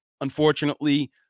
Unfortunately